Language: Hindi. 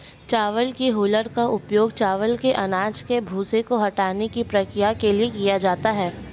चावल की हूलर का उपयोग चावल के अनाज के भूसे को हटाने की प्रक्रिया के लिए किया जाता है